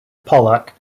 pollack